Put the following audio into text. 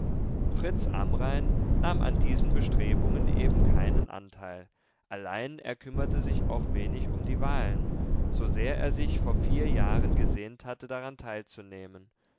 fritz amrain nahm an diesen bestrebungen eben keinen anteil allein er kümmerte sich auch wenig um die wahlen so sehr er sich vor vier jahren gesehnt hatte daran teilzunehmen